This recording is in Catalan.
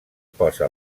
posa